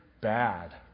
bad